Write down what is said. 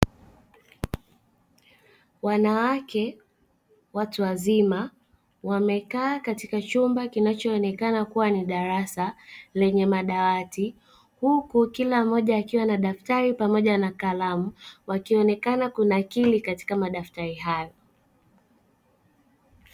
Wanawake watu wazima wamekaa katika chumba kinachoonekana kuwa ni darasa lenye madawati, huku kila mmoja akiwa na daftari pamoja na kalamu wakionekana kunakiri katika madaftari hayo.